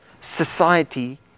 society